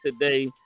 today